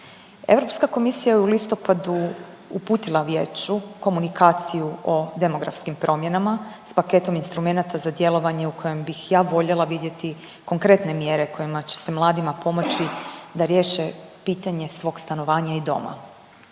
Europska komisija je u listopadu uputila Vijeću komunikaciju o demografskim promjenama sa paketom instrumenata za djelovanje u kojem bih ja voljela vidjeti konkretne mjere kojima će se mladima pomoći da riješe pitanje svog stanovanja i doma.